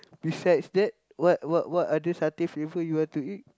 besides that what what what other satay flavour you want to eat